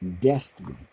destiny